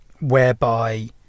whereby